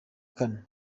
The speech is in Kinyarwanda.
kane